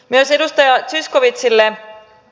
myös edustaja zyskowiczille